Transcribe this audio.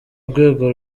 rwego